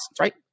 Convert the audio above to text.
right